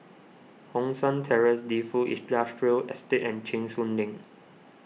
Hong San Terrace Defu Industrial Estate and Cheng Soon Lane